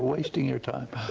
wasting your time.